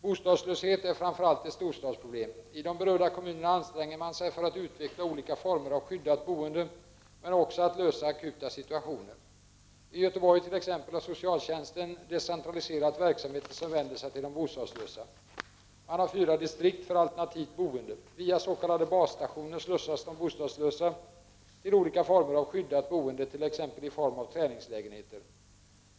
Bostadslöshet är framför allt ett storstadsproblem. I de berörda kommunerna anstränger man sig för att utveckla olika former av skyddat boende, men också att lösa akuta situationer. I Göteborg t.ex. har socialtjänsten decentraliserat verksamheter som vänder sig till de bostadslösa. Man har fyra distrikt för alternativt boende. Via s.k. basstationef slussas de bostadslösa till olika former av skyddat boende, t.ex. i form av träningslägenheter.